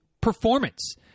performance